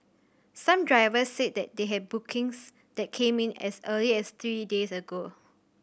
some drivers said that they had bookings that came in as early as three days ago